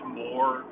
more